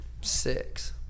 six